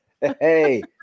hey